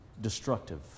destructive